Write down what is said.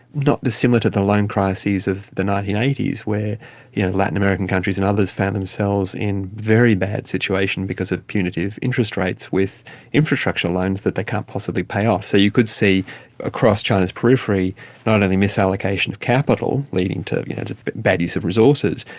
not dissimilar to the loan crises of the nineteen eighty s where yeah latin american countries and others found themselves in a very bad situation because of punitive interest rates with infrastructure loans that they can't possibly pay off. so you could see across china's periphery not only misallocation of capital leading to bad use of resources,